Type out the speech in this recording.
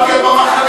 דיברתי על "במחנה".